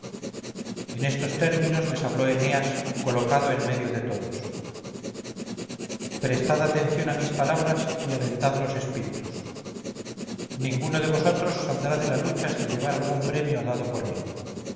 en estos términos le habló eneas colocado en medio de todos prestad atención a mis palabras y alentad los espíritus ninguno de vosotros saldrá de la lucha sin llevar algún premio dado por mí